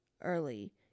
Early